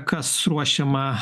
kas ruošiama